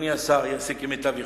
שאדוני השר יעשה כמיטב יכולתו.